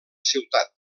ciutat